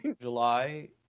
July